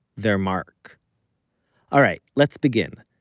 their mark alright, let's begin.